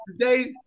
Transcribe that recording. today's